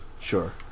Sure